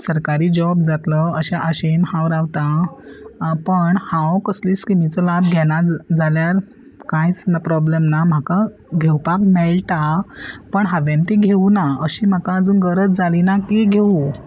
सरकारी जॉब जातलो अशे आशेन हांव रावतां पण हांव कसली स्किमीचो लाभ घेना जाल्यार कांयच प्रोब्लम ना म्हाका घेवपाक मेळटा पण हांवें ती घेवना अशी म्हाका अजून गरज जाली ना की घेवूं